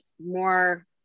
more